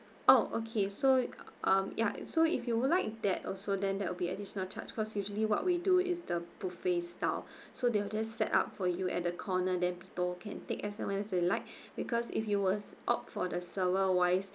oh okay so um ya so if you would like that also then there will be additional charge cause usually what we do is the buffet style so they will just set up for you at the corner then people can take as long as they like because if you were opt for the server wise